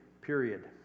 period